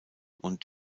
und